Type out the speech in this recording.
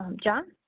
um john,